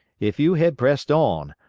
if you had pressed on,